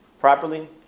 properly